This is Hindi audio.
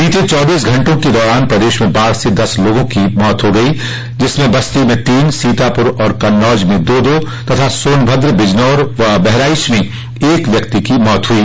बीते चाबीस घंटों के दौरान प्रदेश में बाढ़ से दस लोगों की मृत्यु हो गई जिसमें बस्ती में तीन सीतापुर और कन्नौज में दो दो व सोनभद्र बिजनौर तथा बहराइच में एक व्यक्ति की मौत हो गई